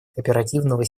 кооперативного